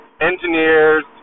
Engineers